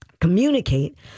communicate